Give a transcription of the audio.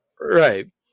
right